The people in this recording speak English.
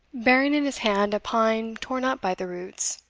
bearing in his hand a pine torn up by the roots.